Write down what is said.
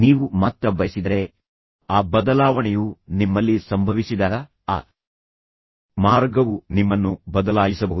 ನೀವು ಮಾತ್ರ ಬಯಸಿದರೆ ಆ ಬದಲಾವಣೆಯು ನಿಮ್ಮಲ್ಲಿ ಸಂಭವಿಸಿದಾಗ ಆ ಮಾರ್ಗವು ನಿಮ್ಮನ್ನು ಬದಲಾಯಿಸಬಹುದು